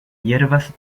hierbas